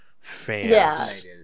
fans